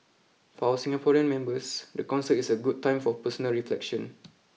for our Singaporean members the concert is a good time for personal reflection